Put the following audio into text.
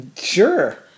Sure